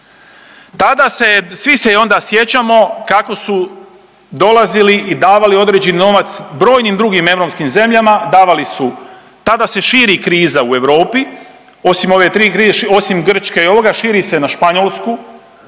Tada se je svi se onda sjećamo kako su dolazili i davali određeni novac brojnim drugim europskim zemljama davali su tada se širi kriza u Europi, osim ove tri, osim Grčke i ovoga širi se i na Španjolsku,